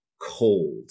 cold